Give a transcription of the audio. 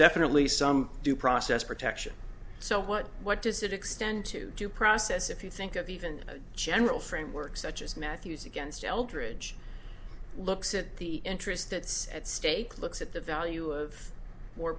definitely some due process protection so what what does it extend to due process if you think of even a general framework such as matthew's against eldridge looks at the interest that's at stake looks at the value of more